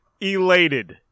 elated